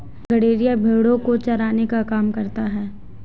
गड़ेरिया भेड़ो को चराने का काम करता है